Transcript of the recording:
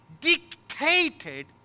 dictated